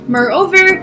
Moreover